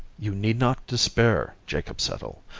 you need not despair, jacob settle.